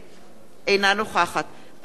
אינה נוכחת אלכס מילר,